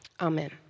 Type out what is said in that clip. Amen